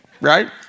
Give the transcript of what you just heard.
right